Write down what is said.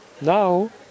now